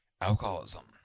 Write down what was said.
alcoholism